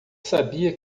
sabia